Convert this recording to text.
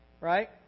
right